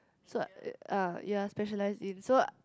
so I uh you are specialised in so